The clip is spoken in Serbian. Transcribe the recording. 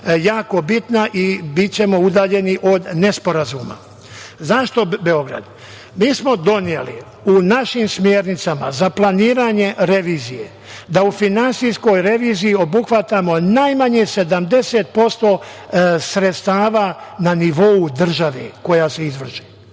jako bitna i bićemo udaljeni od nesporazuma zašto Beograd. Mi smo doneli u našim smernicama za planiranje revizije da u finansijskoj reviziji obuhvatamo najmanje 70% sredstava na nivou države koja se izvrši